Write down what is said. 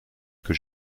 que